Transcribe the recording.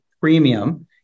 premium